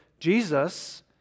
Jesus